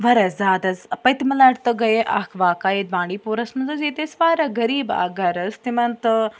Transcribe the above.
واریاہ زیادٕ حظ پٔتۍمہِ لَٹہِ تہٕ گٔیے اَکھ واقع ییٚتہِ بانٛڈی پوٗرَس منٛز حظ ییٚتہِ ٲسۍ واریاہ غریٖب اَکھ گَرٕ حظ تِمَن تہٕ